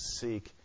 seek